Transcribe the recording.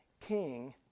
king